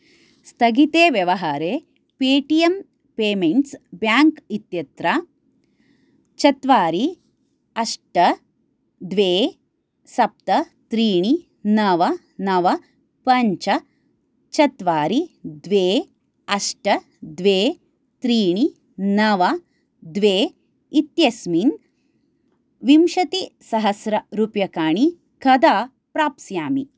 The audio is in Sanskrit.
स्तगिते व्यवहारे पेटियं पेमेण्ट्स् बेङ्क् इत्यत्र चत्वारि अष्ट द्वे सप्त त्रीणि नव नव पञ्च चत्वारि द्वे अष्ट द्वे त्रीणि नव द्वे इत्यस्मिन् विंशतिसहस्ररूप्यकाणि कदा प्राप्स्यामि